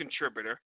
contributor